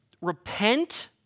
repent